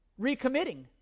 Recommitting